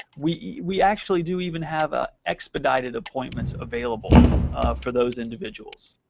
we we actually do even have ah expedited appointments available for those individuals.